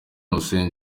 hussein